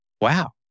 Wow